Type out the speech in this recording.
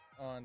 on